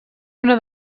una